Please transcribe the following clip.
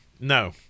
no